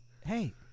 Hey